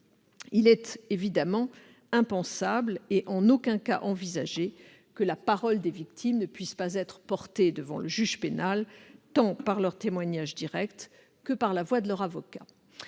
Il est évidemment impensable- et il n'est en aucun cas envisagé -que la parole publique ne puisse pas être portée devant le juge pénal, tant par leur témoignage direct que par la voix de leur avocat.